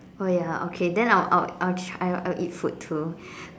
oh ya okay then I would I would I would I'll try I would eat food too